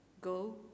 go